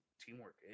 teamwork